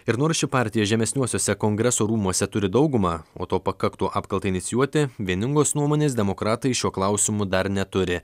ir nors ši partija žemesniuosiuose kongreso rūmuose turi daugumą o to pakaktų apkaltai inicijuoti vieningos nuomonės demokratai šiuo klausimu dar neturi